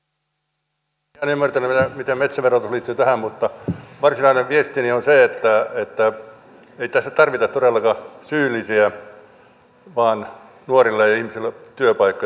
en ymmärtänyt miten metsäverotus liittyy tähän mutta varsinainen viestini on se että ei tässä tarvita todellakaan syyllisiä vaan nuorille ja muille ihmisille työpaikka